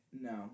No